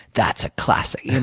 that's a classic. and